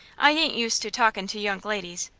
i ain't used to talkin' to young ladies,